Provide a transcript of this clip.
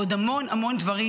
ועוד המון המון דברים,